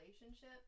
relationship